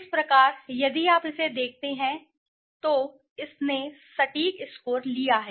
इस प्रकार यदि आप इसे देखते हैं तो इसका कहना है कि इसने सटीक स्कोर लिया है